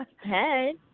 Hey